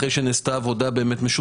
אחרי שנעשתה באמת עבודה משותפת,